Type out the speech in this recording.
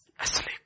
asleep